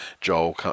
Joel